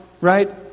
Right